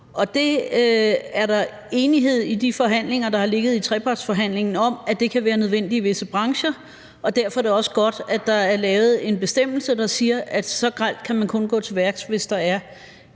Der har været enighed i de trepartsforhandlinger, der har været, om, at det kan være nødvendigt i visse brancher. Derfor er det også godt, at der er lavet en bestemmelse, der siger, at så grelt kan man kun gå til værks, hvis der er